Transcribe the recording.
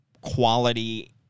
quality